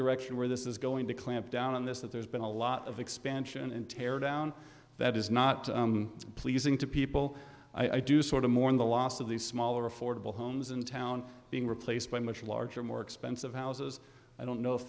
direction where this is going to clamp down on this that there's been a lot of expansion and tear down that is not pleasing to people i do sort of mourn the loss of these smaller affordable homes in town being replaced by much larger more expensive houses i don't know if